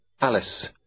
Alice